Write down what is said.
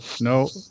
no